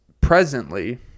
presently